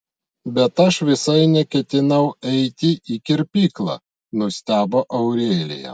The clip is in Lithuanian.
bet aš visai neketinau eiti į kirpyklą nustebo aurelija